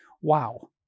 Wow